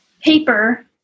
paper